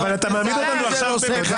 --- אבל אתה מעמיד אותנו עכשיו במצב